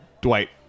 Dwight